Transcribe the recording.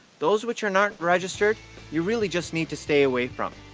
those which are not registered you really just need to stay away from.